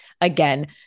again –